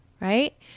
right